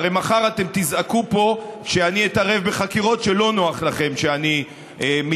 הרי מחר אתם תזעקו פה שאני אתערב בחקירות כשלא נוח לכם שאני מתערב.